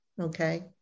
okay